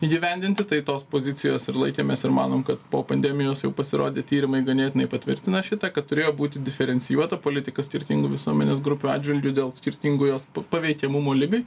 įgyvendinti tai tos pozicijos ir laikėmės ir manom kad po pandemijos jau pasirodė tyrimai ganėtinai patvirtina šitą kad turėjo būti diferencijuota politika skirtingų visuomenės grupių atžvilgiu dėl skirtingo jos paveikiamumo ligai